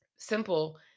Simple